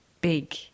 big